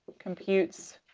computes